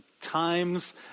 times